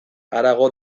harago